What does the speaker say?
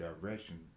direction